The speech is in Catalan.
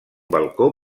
balcó